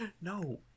no